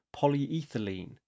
polyethylene